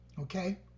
okay